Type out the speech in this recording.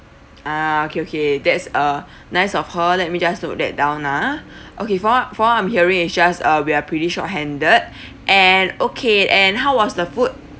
ah okay okay that's uh nice of her let me just note that down ah okay from what from what I'm hearing is just uh we're pretty short handed and okay and how was the food